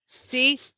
See